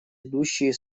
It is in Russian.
идущие